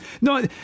No